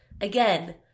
again